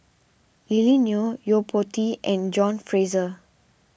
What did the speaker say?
Lily Neo Yo Po Tee and John Fraser